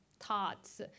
thoughts